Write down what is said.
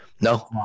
No